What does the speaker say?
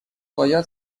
باید